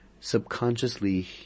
subconsciously